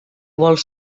vols